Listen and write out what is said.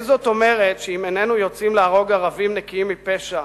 אין זאת אומרת שאם איננו יוצאים להרוג ערבים נקיים מפשע,